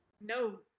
No